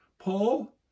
Paul